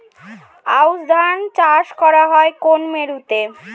আউশ ধান চাষ করা হয় কোন মরশুমে?